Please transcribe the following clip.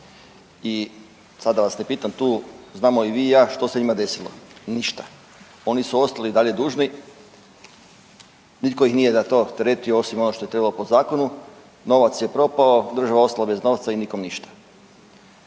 I sad da vas ne pitam tu, znamo i vi i ja što se njima desilo. Ništa! Oni su ostali i dalje dužni, nitko ih nije za to teretio osim ono što je trebalo po zakonu. Novac je propao, država je ostala bez novca i nikom ništa.